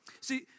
See